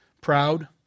proud